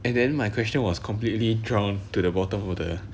and then my question was completely drowned to the bottom of the